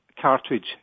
cartridge